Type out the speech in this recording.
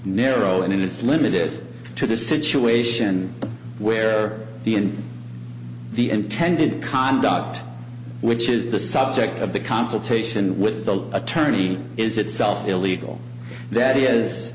narrow and it's limited to the situation where the in the intended conduct which is the subject of the consultation with the attorney is itself illegal that is